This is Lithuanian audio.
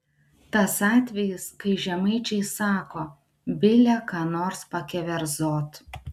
tas atvejis kai žemaičiai sako bile ką nors pakeverzot